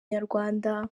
inyarwanda